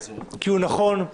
נכון,